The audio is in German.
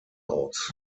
aus